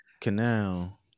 Canal